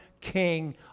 king